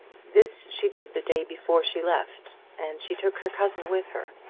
this she did the day before she left, and she took her cousin with her.